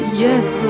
Yes